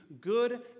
good